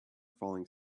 falling